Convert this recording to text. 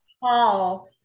Paul